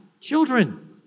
children